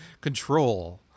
control